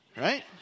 Right